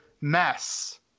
mess